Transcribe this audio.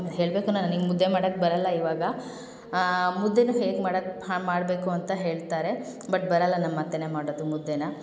ಹೇಳಬೇಕು ನಾ ನನಗ್ ಮುದ್ದೆ ಮಾಡಕ್ಕೆ ಬರಲ್ಲ ಇವಾಗ ಮುದ್ದೆನೂ ಹೇಗೆ ಮಾಡಕ್ಕೆ ಹಾಂ ಮಾಡಬೇಕು ಅಂತ ಹೇಳ್ತಾರೆ ಬಟ್ ಬರಲ್ಲ ನಮ್ಮ ಅತ್ತೆಯೇ ಮಾಡೋದು ಮುದ್ದೆನ